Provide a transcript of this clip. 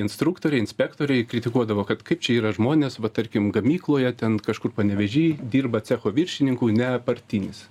instruktoriai inspektoriai kritikuodavo kad kaip čia yra žmonės va tarkim gamykloje ten kažkur panevėžy dirba cecho viršininku ne partinis